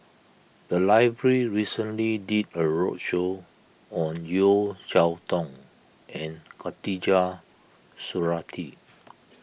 the library recently did a roadshow on Yeo Cheow Tong and Khatijah Surattee